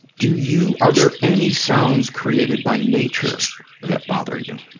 do you, are there any sounds created by nature that bother you?